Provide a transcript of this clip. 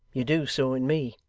you do so in me